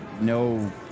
no